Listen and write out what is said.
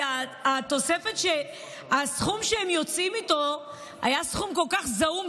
כי הסכום שהן יוצאות איתו היה סכום כל כך זעום,